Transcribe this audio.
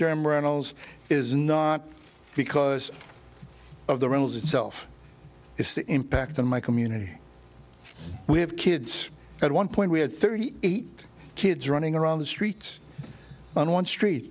term runnels is not because of the rules itself is the impact on my community we have kids at one point we had thirty eight kids running around the streets on one street